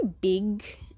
big